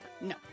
No